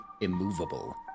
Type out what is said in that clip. immovable